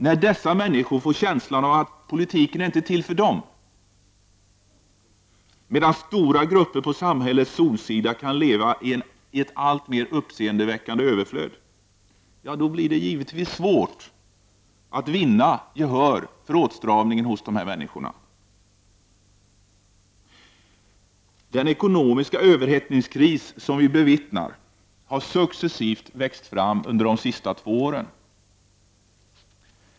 När dessa människor får känslan att politiken inte är till för dem, medan stora grupper på samhällets solsida kan leva i ett alltmer uppseendeväckande överflöd, då blir det givetvis svårt att vinna dessa människors gehör för någon åtstramning. Den ekonomiska överhettningskris som vi nu bevittnar har successivt växt fram under de senaste två åren.